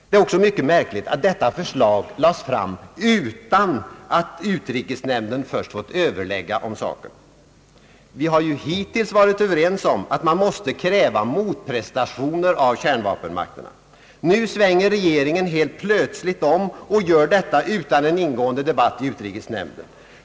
Det är också mycket märkligt att detta förslag lades fram utan att utrikesnämnden först fått överlägga om saken. Vi har ju hittills varit överens om att man måste kräva motprestationer av kärnvapenmakterna. Nu svänger regeringen helt plötsligt om, och gör detta utan en ingående debatt i utrikesnämnden.